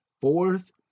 fourth